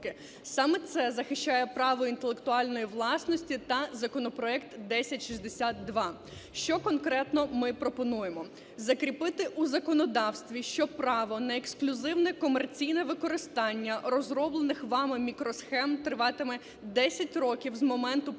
Саме це захищає право інтелектуальної власності та законопроект 1062. Що конкретно ми пропонуємо: закріпити у законодавстві, що право на ексклюзивне комерційне використання розроблених вами мікросхем триватиме 10 років з моменту